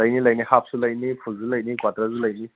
ꯂꯩꯅꯤ ꯂꯩꯅꯤ ꯍꯥꯞꯁꯨ ꯂꯩꯅꯤ ꯐꯨꯜꯁꯨ ꯂꯩꯅꯤ ꯀ꯭ꯋꯥꯇꯔꯁꯨ ꯂꯩꯅꯤ